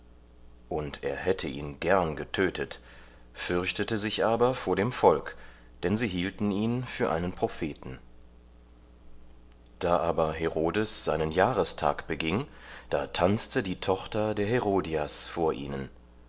und er hätte ihn gern getötet fürchtete sich aber vor dem volk denn sie hielten ihn für einen propheten da aber herodes seinen jahrestag beging da tanzte die tochter der herodias vor ihnen